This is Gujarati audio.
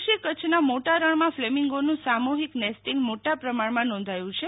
આ વર્ષે કચ્છના મોટા રણમાં ફલેમીંગોનું સામૂહિક નેસ્ટીંગ મોટા પ્રમાણમાં નોંધાયું છે